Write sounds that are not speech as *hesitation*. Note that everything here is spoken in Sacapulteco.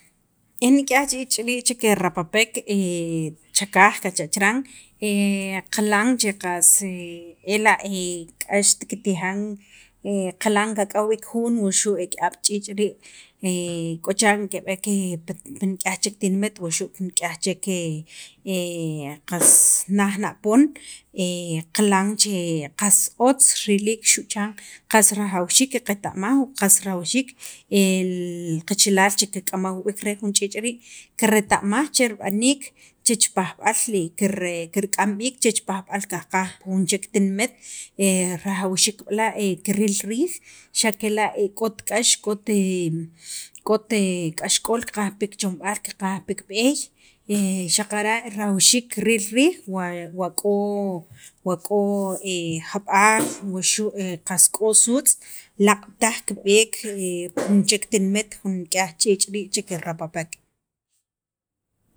E nik'yaj ch'iich' rii' che kerapapek *hesitation* cha kaaj kajcha' chiran, *hesitation* qaqilan che ela' qas k'axt kiktijan qaqilan kak'aw b'iik jun wuxu' ki'ab' ch'iich' rii' *hesitation* k'o chiran keb'eek pi nik'ayj chek tinimet wuxu' pi nik'yaj chek che naj na poon *noise* qilan che qas otz riliik xu' chan qas rajawxiik qaqeta'maj qas rajawxiik *hesitation* li qachalal che kik'amaj wii' b'iik re jun ch'iich' rii' kireta'maj che rib'aniik, chech pajab'al *hesitation* ker kerk'am b'iik chech pajb'al ka'al pi jun chek tinimet *hesitation* rajawxiik b'la' karil riij xa' kela' k'ot k'ax, k'ot *hesitation* k'ot e k'ot k'axk'ool kiqaj pi kichomb'al, kiqaj pi kib'eey xaqara' rajawxiik kiril riij wa k'o wa k'o jab'aal *noise* wuxu' qas k'o suutz' laaq' taj kib'eek *noise* *noise* pi jun chek tinimet naj ch'iich' rii' che kerapapek.